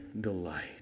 delight